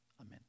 Amen